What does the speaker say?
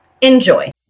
Enjoy